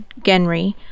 Genry